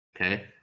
Okay